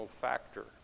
factor